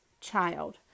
child